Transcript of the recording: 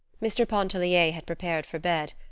mr. pontellier had prepared for bed,